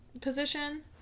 position